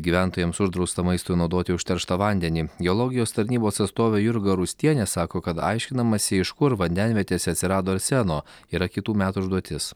gyventojams uždrausta maistui naudoti užterštą vandenį geologijos tarnybos atstovė jurga rustienė sako kad aiškinamasi iš kur vandenvietėse atsirado arseno yra kitų metų užduotis